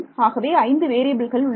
ஆகவே ஐந்து வேறியபில்கள் உள்ளன